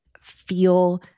feel